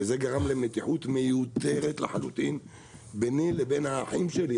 וזה גרם למתיחות מיותרת לחלוטין ביני לבין האחים שלי,